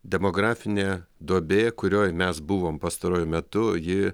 demografinė duobė kurioj mes buvom pastaruoju metu ji